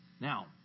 Now